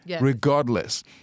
regardless